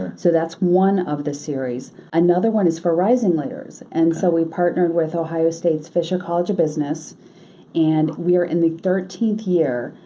so that's one of the series. another one is for rising leaders. and so we partnered with ohio state's fisher college of business and we are in the thirteenth year.